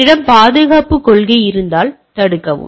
என்னிடம் பாதுகாப்புக் கொள்கை இருந்தால் தடுக்கவும்